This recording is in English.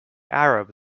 arab